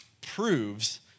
proves